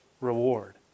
reward